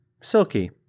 Silky